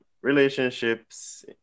relationships